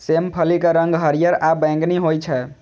सेम फलीक रंग हरियर आ बैंगनी होइ छै